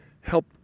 help